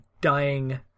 dying